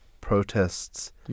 protests